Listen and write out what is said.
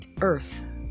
earth